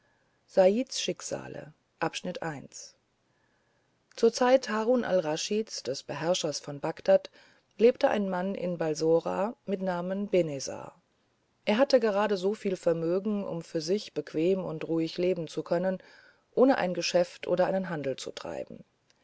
saids schicksale zur zeit harun al raschids des beherrschers von bagdad lebte ein mann in balsora mit namen benezar er hatte gerade so viel vermögen um für sich bequem und ruhig leben zu können ohne ein geschäft oder einen handel zu treiben